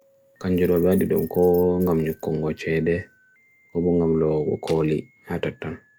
Hol ko nyamde puleeri waɗi e jeans?